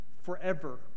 forever